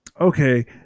Okay